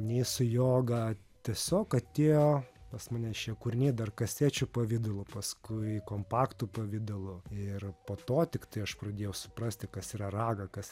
nei su joga tiesiog atėjo pas mane šie kūriniai dar kasečių pavidalu paskui kompaktų pavidalu ir po to tiktai aš pradėjau suprasti kas yra raga kas